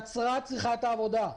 נצרת צריכה את העבודה,